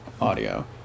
audio